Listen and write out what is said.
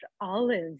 olives